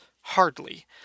Hardly